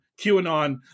QAnon